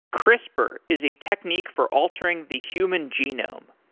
crispr is a technique for altering the human genome.